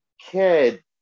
kid